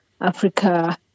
Africa